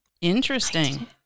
Interesting